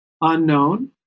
unknown